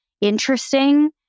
interesting